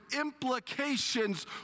implications